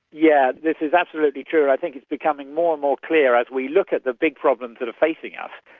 yeah this is absolutely true and i think it's becoming more and more clear as we look at the big problems that are facing us,